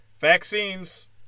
Vaccines